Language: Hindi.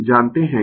जानते है कि